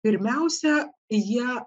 pirmiausia jie